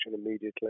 immediately